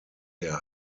der